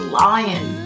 lion